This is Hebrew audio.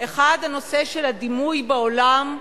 1. הנושא של הדימוי בעולם,